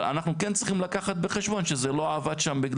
אבל אנחנו כן צריכים לקחת בחשבון שזה לא עבד שם.